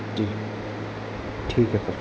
जी ठीक है सर